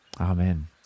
Amen